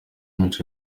imico